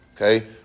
okay